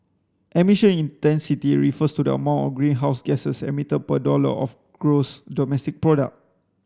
emission intensity refers to the amount of greenhouse gases emitted per dollar of gross domestic product